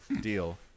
Deal